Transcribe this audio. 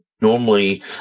normally